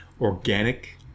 Organic